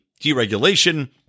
deregulation